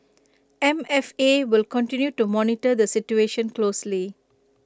M F A will continue to monitor the situation closely